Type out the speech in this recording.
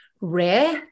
rare